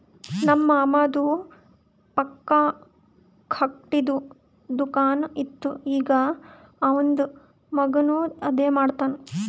ನಮ್ ಮಾಮಾದು ಪಪ್ಪಾ ಖಟ್ಗಿದು ದುಕಾನ್ ಇತ್ತು ಈಗ್ ಅವಂದ್ ಮಗಾನು ಅದೇ ಮಾಡ್ತಾನ್